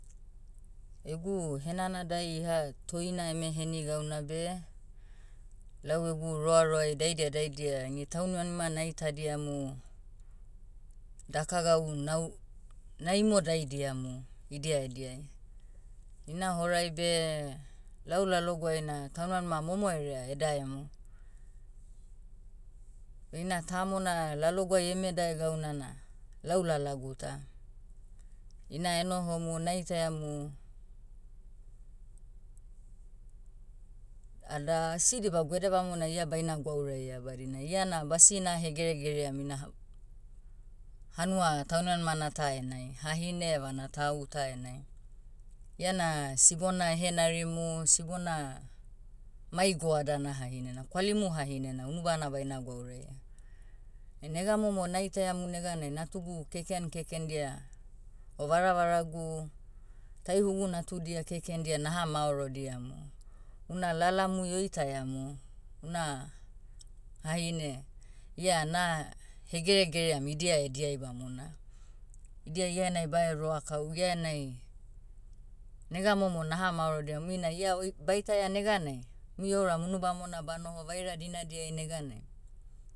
Egu henanadai iha toina eme heni gauna beh, lau egu roaroai daidia daidia ini taunmanima naitadiamu, daka gau nau- na imodaidiamu, idia ediai. Ina horai beh, lau laloguai na taunimanima momo herea edaemu. Eina tamona, laloguai eme dae gauna na, lau lalagu ta. Ina enohomu naitaiamu, da, asi dibau edebamona ia baina gwauraia badina iana basina hegeregeream ina h- hanua taunmanimana ta enai. Hahine evana tauta enai. Iana, sibona ehenarimu sibona, mai goadana hahinena kwalimu hahinena unu bana baina gwauraia. nega momo naitaiamu neganai natugu keken kekendia, o varavaragu, taihugu natudia kekendia naha maorodiamu. Una lalamui oitaiamu, una, hahine, ia na, hegeregeream idia ediai bamona. Idia ia enai bae roakau ia enai, nega momo naha maorodiam muina ia oi- baitaia neganai, mui ouram unubamona banoho vaira dinadiai neganai,